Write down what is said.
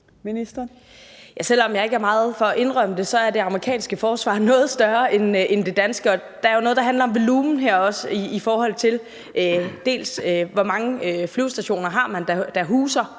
Bramsen): Selv om jeg ikke er meget for at indrømme det, er det amerikanske forsvar noget større end det danske, og der er jo også noget her, der handler om volumen i forhold til, dels hvor mange flyvestationer man har, der huser